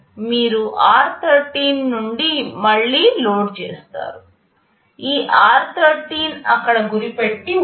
మీరు r13 నుండి మళ్ళీ లోడ్ చేస్తారు ఈ r13 అక్కడ గురిపెట్టి ఉంది